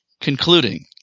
concluding